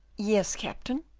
yes, captain,